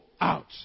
out